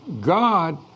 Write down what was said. God